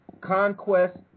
conquest